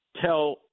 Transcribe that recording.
tell